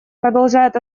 продолжает